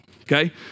okay